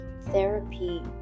therapy